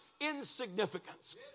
insignificance